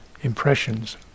impressions